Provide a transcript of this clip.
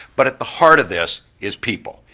but at the heart of this is people,